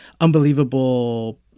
unbelievable